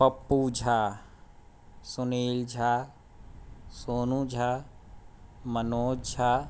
Pappu Jha Sunil Jha Sonu Jha Manoj Jha